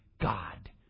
God